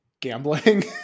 Gambling